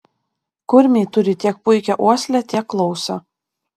kurmiai turi tiek puikią uoslę tiek klausą